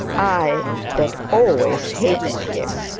i that always hated him,